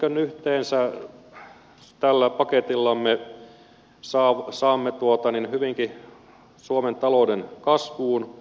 näin yhteensä tällä paketillamme saamme hyvinkin suomen talouden kasvuun